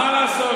מה לעשות?